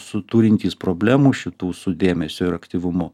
su turintys problemų šitų su dėmesiu ir aktyvumu